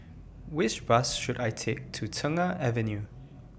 Which Bus should I Take to Tengah Avenue